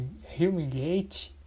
humiliate